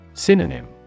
Synonym